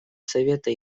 совета